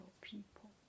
people